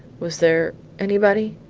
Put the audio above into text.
was there anybody?